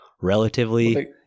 relatively